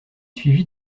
suivi